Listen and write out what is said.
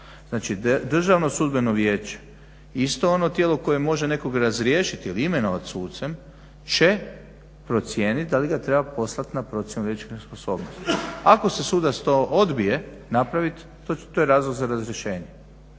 Znači Državno-sudbeno vijeće isto ono tijelo koje može nekog razriješiti ili imenovati sucem će procijenit da li ga treba poslat na procjenu liječničke sposobnosti. Ako se sudac to odbije napraviti to je razlog za razrješenje